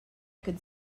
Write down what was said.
could